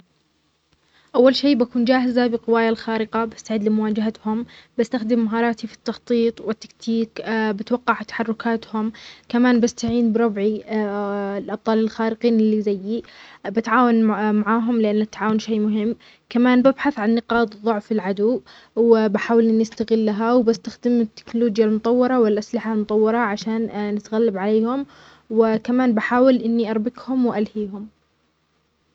إذا كنت بطل خارق وأريد حماية العالم من غزو فضائي، أول شيء راح أستخدم قوتي لتحطيم أسلحة الكائنات الفضائية وتقنياتهم. بحاول أكتشف نقاط ضعفهم وأستخدمها لصالحنا. كمان، بحاربهم مع تحالفات عالمية، وأعمل على تطوير تقنيات جديدة لمواجهة تهديدهم. وبنفس الوقت، بحاول أنقذ أكبر عدد من الناس.